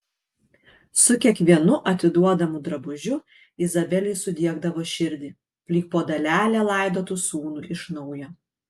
su kiekvienu atiduodamu drabužiu izabelei sudiegdavo širdį lyg po dalelę laidotų sūnų iš naujo